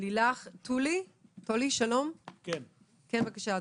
טולי שלום בבקשה.